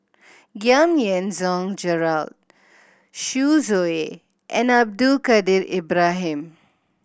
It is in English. Giam Yean Song Gerald Yu Zhuye and Abdul Kadir Ibrahim